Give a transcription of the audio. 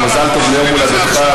אז מזל טוב ליום הולדתך.